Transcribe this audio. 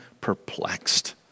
perplexed